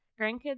Grandkids